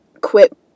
quit